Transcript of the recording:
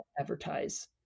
advertise